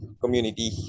community